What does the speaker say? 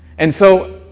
and so